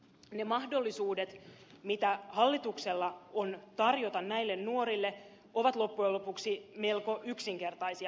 ne mahdollisuudet mitä hallituksella on tarjota näille nuorille ovat loppujen lopuksi melko yksinkertaisia